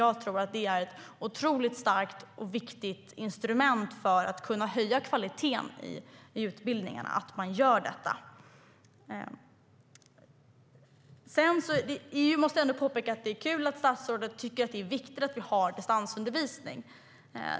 Jag tror att det är ett otroligt starkt och viktigt instrument för att höja kvaliteten i utbildningarna. Det är kul att statsrådet tycker att det är viktigt att vi har distansundervisning.